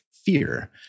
Fear